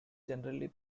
generally